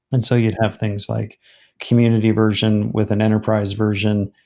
and so you'd have things like community version with an enterprise version,